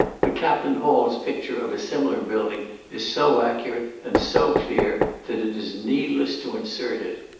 but captain hall's picture of a similar building is so accurate, and so clear, that it is needless to insert it.